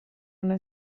una